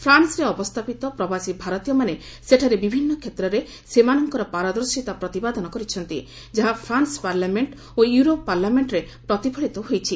ଫ୍ରାନ୍ସରେ ଅବସ୍ଥାପିତ ପ୍ରବାସୀ ଭାରତୀୟମାନେ ସେଠାରେ ବିଭିନ୍ନ କ୍ଷେତ୍ରରେ ସେମାନଙ୍କର ପାରଦର୍ଶିତା ପ୍ରତିପାଦନ କରିଛନ୍ତି ଯାହା ଫ୍ରାନ୍ସ ପାର୍ଲାମେଣ୍ଟ ଓ ୟୁରୋପ ପାର୍ଲାମେଣ୍ଟରେ ପ୍ରତିଫଳିତ ହୋଇଛି